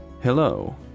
Hello